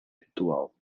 ritual